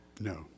No